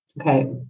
Okay